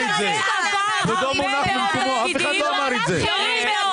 אבל האיש הזה עבר הרבה מאוד תפקידים בכירים מאוד.